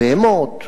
בהמות,